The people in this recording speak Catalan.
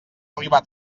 arribar